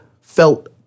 felt